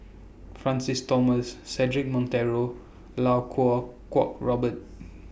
Francis Thomas Cedric Monteiro Lau Kuo Kuo Robert